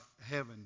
heaven